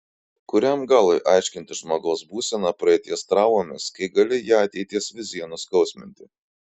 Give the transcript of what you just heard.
kuriam galui aiškinti žmogaus būseną praeities traumomis kai gali ją ateities vizija nuskausminti